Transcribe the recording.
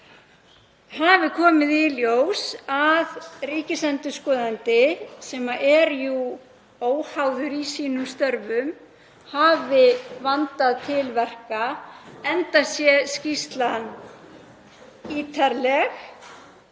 hafi komið í ljós að ríkisendurskoðandi, sem er jú óháður í sínum störfum, hafi vandað til verka enda er skýrslan ítarleg